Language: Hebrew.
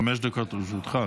חמש דקות לרשותך.